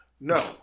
No